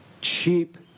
Cheap